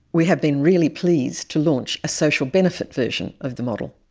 we have been really pleased to launch a social benefit version of the model,